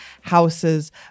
houses